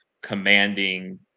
commanding